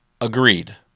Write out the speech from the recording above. Agreed